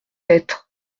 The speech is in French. lettre